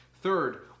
Third